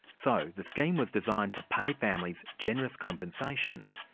so the scheme was designed to pay families generous compensation.